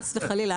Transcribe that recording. חס וחלילה.